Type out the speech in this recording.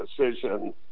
decision